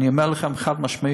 אני אומר לכם חד-משמעית,